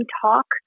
talk